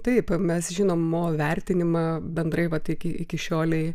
taip mes žinom mo vertinimą bendrai val iki iki šiolei